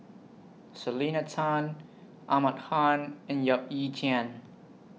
Selena Tan Ahmad Khan and Yap Ee Chian